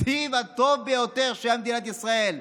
התקציב הטוב ביותר שהיה במדינת ישראל.